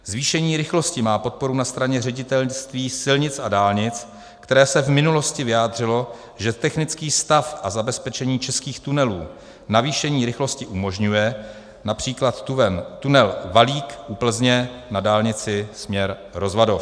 Zvýšení rychlosti má podporu na straně Ředitelství silnic a dálnic, které se v minulosti vyjádřilo, že technický stav a zabezpečení českých tunelů navýšení rychlosti umožňuje, například tunel Valík u Plzně na dálnici směr Rozvadov.